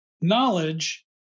knowledge